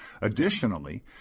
Additionally